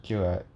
okay [what]